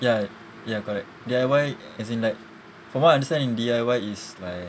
ya ya correct D_I_Y as in like from what I understand in D_I_Y is like